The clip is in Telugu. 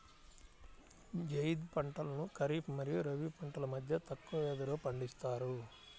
జైద్ పంటలను ఖరీఫ్ మరియు రబీ పంటల మధ్య తక్కువ వ్యవధిలో పండిస్తారు